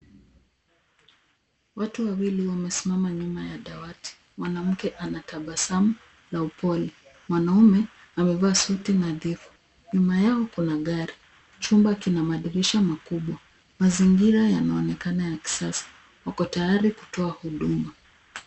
Watu wawili wamesimama nyuma ya dawati. Mwanamke ana tabasamu, la upole. Mwanaume, amevaa suti nadhifu. Nyuma yao kuna gari. Chumba kina madirisha makubwa. Mazingira yanaonekana ya kisasa. Wako tayari kutoa huduma.